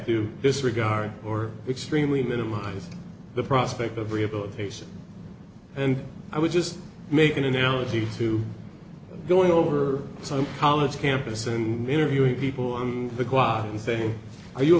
to disregard or extremely minimize the prospect of rehabilitation and i would just make an analogy to going over some college campuses and interviewing people on the quad and saying are you a